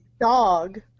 dog